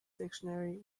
dictionary